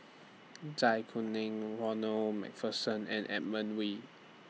Zai Kuning Ronald MacPherson and Edmund Wee